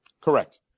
Correct